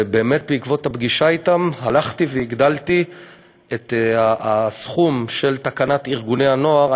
באמת בעקבות הפגישה אתם הלכתי והגדלתי את הסכום של תקנת ארגוני הנוער.